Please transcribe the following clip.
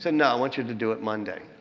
said, no, i want you to do it monday.